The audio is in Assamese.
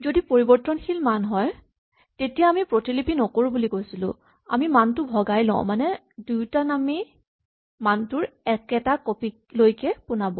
যদি পৰিবৰ্তনশীল মান হয় তেতিয়া আমি প্ৰতিলিপি নকৰো বুলি কৈছিলো আমি মানটো ভগাই লওঁ মানে দুয়োটা নামেই মানটোৰ একেটা কপি লৈকে পোনাব